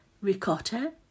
ricotta